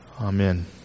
amen